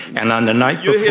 and on the night yeah yeah